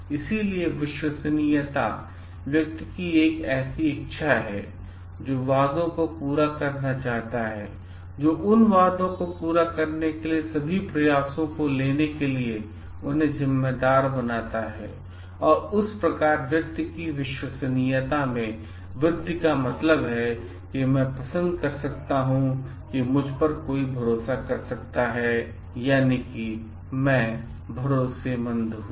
इसलिए विश्वसनीयता व्यक्ति की एक ऐसी इच्छा है जो वादों को पूरा करना चाहता है और जो उन वादों को पूरा करने के लिए सभी प्रयासों को लेने के लिए उन्हें जिम्मेदार बनाता है और जो इस प्रकार व्यक्ति की विश्वसनीयता में वृद्धि का मतलब है कि मैं पसंद कर सकता हूं कि कोई मुझ पर भरोसा कर सकता है मैं भरोसेमंद हूं